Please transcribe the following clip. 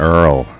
Earl